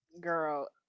girl